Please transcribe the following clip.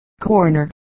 corner